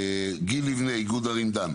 גיל ליבנה, איגוד ערים דן.